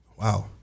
wow